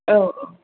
औ औ